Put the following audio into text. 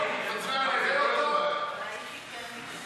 התשע"ז 2016, לוועדת החוקה, חוק ומשפט נתקבלה.